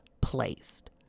placed